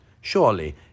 Surely